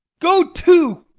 go to,